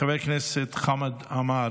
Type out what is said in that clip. חבר הכנסת רון כץ,